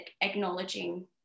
acknowledging